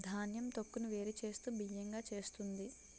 ధాన్యం తొక్కును వేరు చేస్తూ బియ్యం గా చేస్తుంది